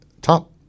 top